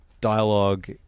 dialogue